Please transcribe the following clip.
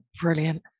Brilliant